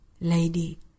lady